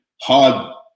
hard